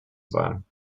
sein